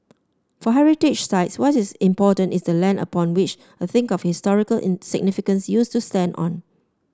for heritage sites what is important is the land upon which a thing of historical in significance used to stand on